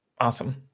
Awesome